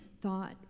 thought